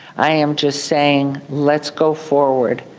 i am just saying, let's go forward.